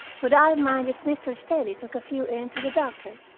would i mind if mr. staley took a few in to the doctor,